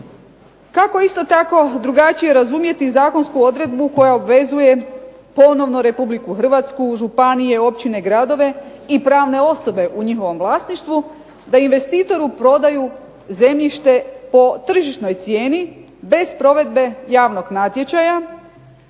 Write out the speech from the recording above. Kako isto tako drugačije razumjeti zakonsku odredbu koja obvezuje ponovno RH, županije, općine, gradove i pravne osobe u njihovom vlasništvu da investitoru prodaju zemljište po tržišnoj cijeni bez provedbe javnog natječaja.